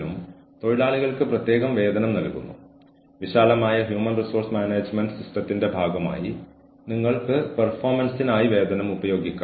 അതിനാൽ ഒരു ജീവനക്കാരന്റെ പ്രകടനത്തെ സംബന്ധിച്ച ഡോക്യുമെന്റേഷൻ എല്ലായ്പ്പോഴും നിലനിർത്തണം